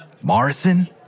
Morrison